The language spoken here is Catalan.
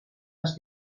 les